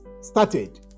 started